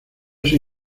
sin